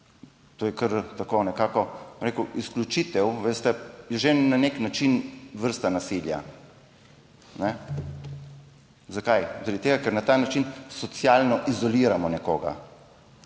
To je kar tako nekako, bom rekel, izključitev je, veste, že na nek način vrsta nasilja. Zakaj? Zaradi tega, ker na ta način socialno izoliramo nekoga.